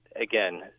again